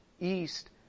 east